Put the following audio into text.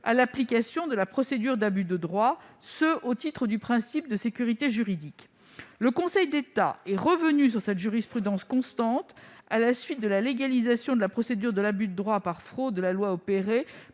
à l'application de la procédure d'abus de droit, ce au titre du principe de sécurité juridique. Le Conseil d'État est revenu sur cette jurisprudence constante à la suite de la légalisation de la procédure de l'abus de droit par fraude à la loi, opérée